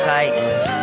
Titans